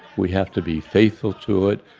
we have to be faithful to it.